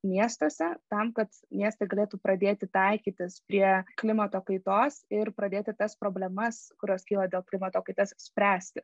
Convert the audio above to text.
miestuose tam kad miestai galėtų pradėti taikytis prie klimato kaitos ir pradėti tas problemas kurios kyla dėl klimato kaitos spręsti